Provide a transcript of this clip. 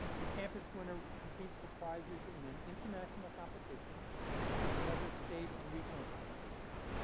the campus winner competes for prizes in an international competition and another state and regional competitions.